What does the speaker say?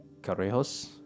Carrejos